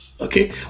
Okay